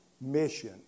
mission